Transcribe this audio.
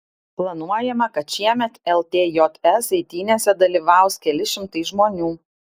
planuojama kad šiemet ltjs eitynėse dalyvaus keli šimtai žmonių